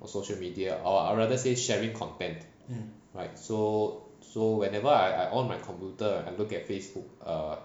social media or I rather say sharing content right so so whenever I on my computer and look at facebook err